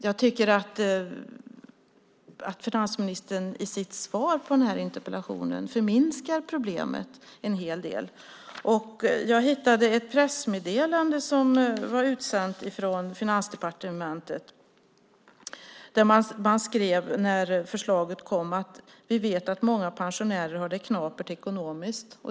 Jag tycker att finansministern i sitt svar på den här interpellationen förminskar problemet en hel del. Jag hittade ett pressmeddelande som var utsänt från Finansdepartementet. Man skrev när förslaget kom: Vi vet att många pensionärer har det knapert ekonomiskt.